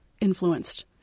influenced